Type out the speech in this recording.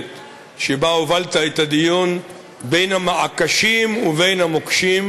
שבה הובלת את הדיון בין המעקשים ובין המוקשים,